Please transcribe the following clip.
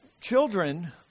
children